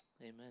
Amen